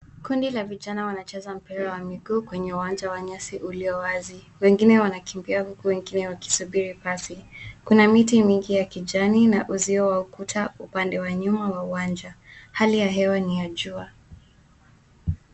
Kundi la vijana wanacheza mpira wa miguu kwenye uwanja wa nyasi ulio wazi. Wengine wanakimbia huku wengine wakisubiri kasi. Kuna miti mingi ya kijani na uzio wa kuta upande wa nyuma wa uwanja. Hali ya hewa ni ya jua.